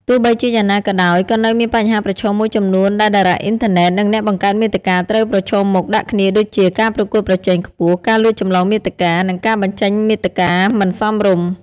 ទោះបីជាយ៉ាងណាក៏ដោយ ក៏នៅមានបញ្ហាប្រឈមមួយចំនួនដែលតារាអុីនធឺណិត និងអ្នកបង្កើតមាតិកាត្រូវប្រឈមមុខដាក់គ្នាដូចជា ការប្រកួតប្រជែងខ្ពស់ ការលួចចម្លងមាតិកា និងការបញ្ចេញមាតិកាមិនសមរម្យ។